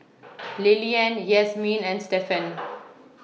Lillian Yasmeen and Stefan